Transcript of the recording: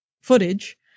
footage